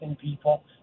people